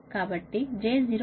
కాబట్టి j 0